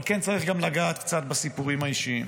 אבל כן צריך גם לגעת קצת בסיפורים האישיים.